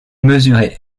mesurait